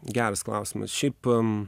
geras klausimas šiaip em